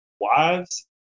wives